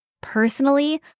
Personally